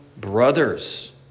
brothers